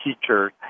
teachers